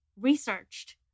researched